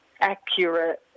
accurate